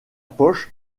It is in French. poche